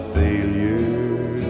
failure